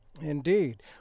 Indeed